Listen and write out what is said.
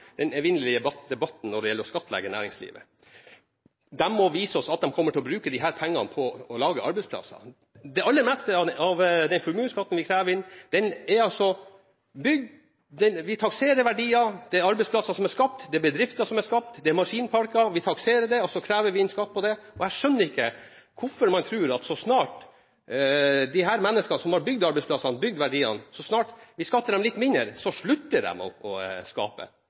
den evinnelige debatten om å skattlegge næringslivet: De må vise oss at de kommer til å bruke disse pengene på å lage arbeidsplasser. Det er arbeidsplasser som er skapt, det er bedrifter som er skapt, det er maskinparker – vi takserer det og så krever vi inn skatt på det. Jeg skjønner ikke hvorfor man tror at så snart vi skatter disse menneskene som har bygd arbeidsplassene, bygd verdiene, litt mindre, slutter de å skape.